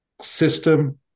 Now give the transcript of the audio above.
system